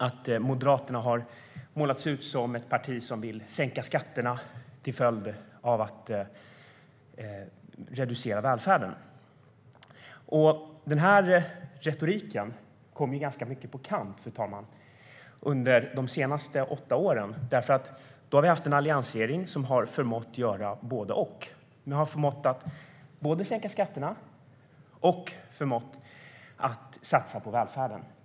Moderaterna har målats ut som ett parti som vill sänka skatterna, vilket får till följd att välfärden reduceras. Den retoriken har kommit ganska mycket på skam, fru talman, under de senaste åtta åren. Då hade vi nämligen en alliansregering som förmådde göra både och. Den förmådde både att sänka skatterna och att satsa på välfärden.